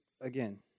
again